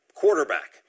quarterback